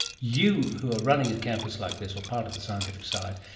you, who are running a campus like this or part of the scientific side,